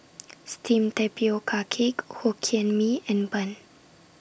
Steamed Tapioca Cake Hokkien Mee and Bun